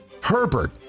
Herbert